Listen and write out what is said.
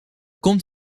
komt